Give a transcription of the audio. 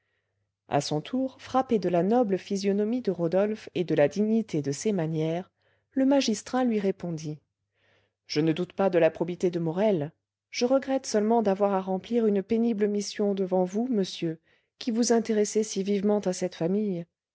à son tour frappé de la noble physionomie de rodolphe et de la dignité de ses manières le magistrat lui répondit je ne doute pas de la probité de morel je regrette seulement d'avoir à remplir une pénible mission devant vous monsieur qui vous intéressez si vivement à cette famille